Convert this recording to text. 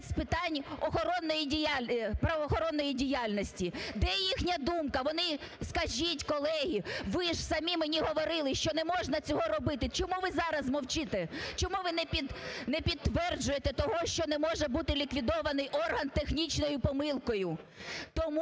з питань правоохоронної діяльності, де їхня думка? Вони скажіть, колеги, ви ж самі мені говорили, що не можна цього робити. Чому ви зараз мовчите? Чому ви не підтверджуєте того, що не може бути ліквідований орган технічною помилкою? Тому